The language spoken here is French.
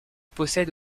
possède